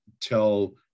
tell